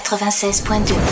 96.2